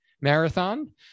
marathon